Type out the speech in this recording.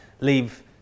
leave